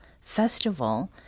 festival